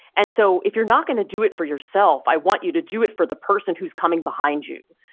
and so if you're not going to do it for yourself, i want you to do it for the person who's coming behind you.